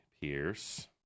Pierce